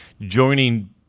joining